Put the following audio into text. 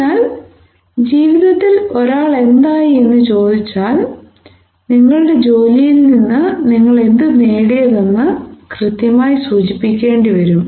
അതിനാൽ ജീവിതത്തിൽ ഒരാൾ എന്തായി എന്ന് ചോദിച്ചാൽ നിങ്ങളുടെ ജോലിയിൽ നിന്ന് നിങ്ങൾ എന്താണ് നേടിയതെന്ന് കൃത്യമായി സൂചിപ്പിക്കേണ്ടി വരും